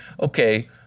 okay